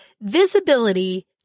Visibility